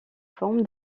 forme